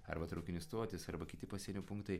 arba traukinių stotys arba kiti pasienio punktai